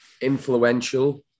influential